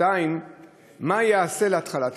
2. מה ייעשה להתחלתה?